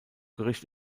gericht